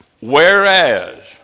whereas